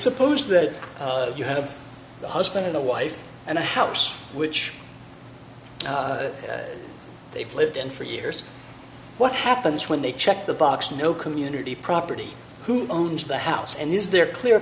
suppose that you have a husband and a wife and a house which they've lived in for years what happens when they check the box know community property who owns the house and use their clear